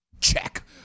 Check